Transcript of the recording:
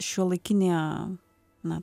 šiuolaikinė na